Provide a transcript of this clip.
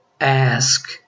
ask